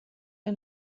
der